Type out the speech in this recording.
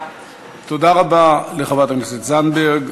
תודה רבה לחברת הכנסת זנדברג.